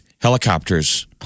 helicopters